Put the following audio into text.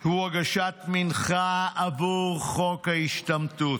היא הגשת מנחה עבור חוק ההשתמטות.